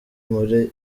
muri